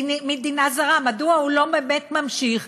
מדוע הוא לא ממשיך,